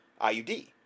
IUD